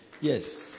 Yes